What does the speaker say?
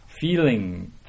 feeling